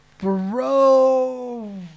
bro